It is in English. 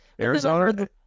Arizona